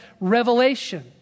revelation